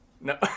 no